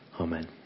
Amen